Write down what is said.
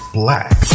black